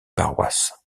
paroisse